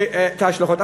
ההשלכות.